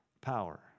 power